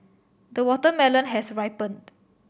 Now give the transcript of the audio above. the watermelon has ripened